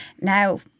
Now